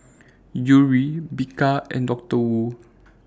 Yuri Bika and Doctor Wu